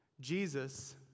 Jesus